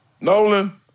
Nolan